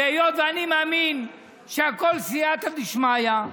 היות שאני מאמין שהכול סייעתא דשמיא,